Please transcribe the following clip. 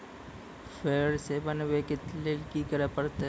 फेर सॅ बनबै के लेल की करे परतै?